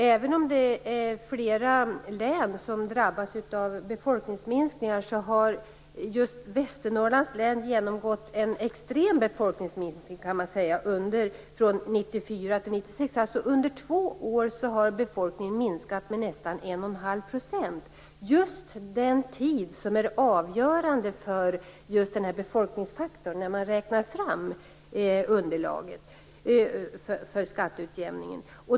Även om det är flera län som drabbats av befolkningsminskningar, har just Västernorrlands län genomgått en extrem befolkningsminskning, kan man säga, från 1994 till 1996. Under två år har befolkningen minskat med nästan 1 1⁄2 %. Det är just denna tid som är avgörande för befolkningsfaktorn när man räknar fram underlaget för skatteutjämningen.